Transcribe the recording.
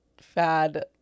fad